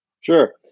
Sure